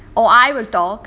or I will talk